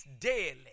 daily